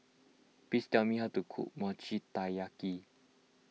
please tell me how to cook Mochi Taiyaki